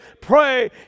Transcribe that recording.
pray